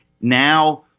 Now